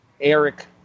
Eric